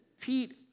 Pete